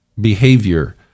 behavior